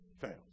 fails